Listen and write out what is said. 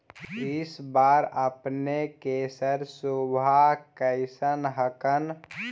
इस बार अपने के सरसोबा कैसन हकन?